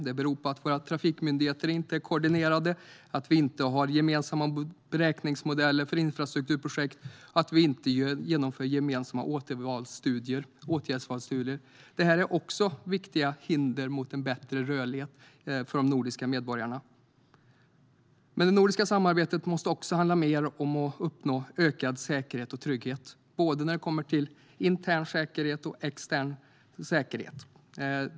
Det beror på att våra trafikmyndigheter inte är koordinerade, att vi inte har gemensamma beräkningsmodeller för infrastrukturprojekt och att vi inte genomför gemensamma åtgärdsvalsstudier. Även detta är viktiga hinder mot en bättre rörlighet för de nordiska medborgarna. Det nordiska samarbetet måste också handla mer om att uppnå ökad säkerhet och trygghet, vad gäller både intern och extern säkerhet.